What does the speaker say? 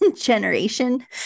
generation